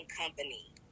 company